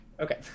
okay